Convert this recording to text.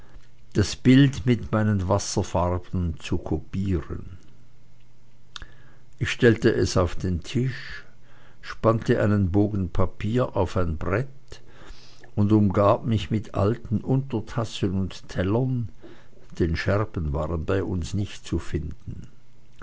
das bild mit meinen wasserfarben zu kopieren ich stellte es auf den tisch spannte einen bogen papier auf ein brett und umgab mich mit alten untertassen und tellern denn scherben waren bei uns nicht zu finden